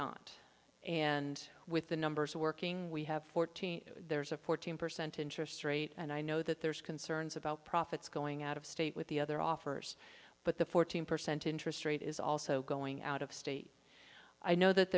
not and with the numbers working we have fourteen there's a fourteen percent interest rate and i know that there's concerns about profits going out of state with the other offers but the fourteen percent interest rate is also going out of state i know that